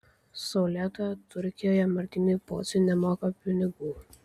saulėtoje turkijoje martynui pociui nemoka pinigų